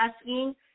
asking